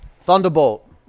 thunderbolt